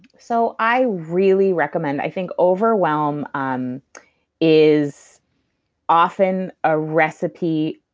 so i really recommend. i think overwhelm um is often a recipe.